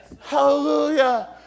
Hallelujah